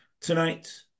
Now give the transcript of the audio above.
tonight